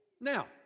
Now